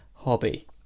hobby